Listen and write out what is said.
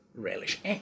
relish